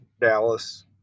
Dallas